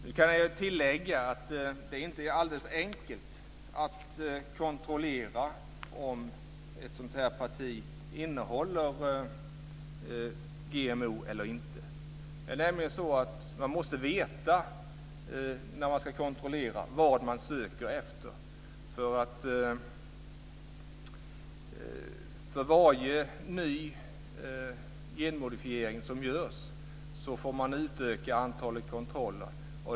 Nu kan jag tillägga att det inte är alldeles enkelt att kontrollera om ett parti innehåller GMO eller inte. Det är nämligen så att man måste veta när man ska kontrollera vad man söker efter. För varje ny genmodifiering som görs får man utöka antalet kontroller.